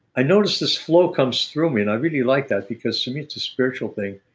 i noticed this flow comes through me, and i really like that because to me it's a spiritual thing.